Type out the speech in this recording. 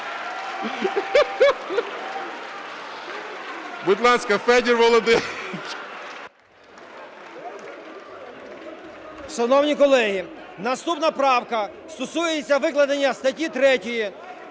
будь ласка, Федоре Володимировичу.